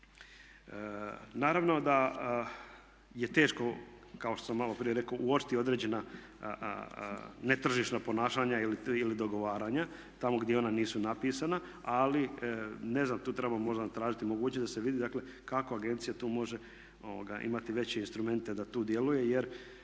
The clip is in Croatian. Naravno da je teško kao što sam maloprije rekao uočiti određena netržišna ponašanja ili dogovaranja tamo gdje ona nisu napisana ali ne znam tu treba možda tražiti mogućnost da se vidi dakle kako agencija tu može imati veće instrumente da tu djeluje jer